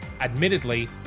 admittedly